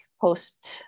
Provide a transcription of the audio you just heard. post